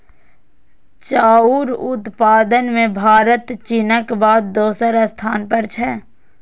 चाउर उत्पादन मे भारत चीनक बाद दोसर स्थान पर छै